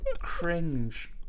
cringe